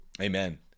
Amen